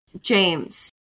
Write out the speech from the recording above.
James